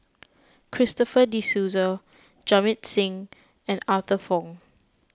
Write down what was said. Christopher De Souza Jamit Singh and Arthur Fong